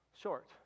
short